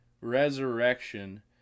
resurrection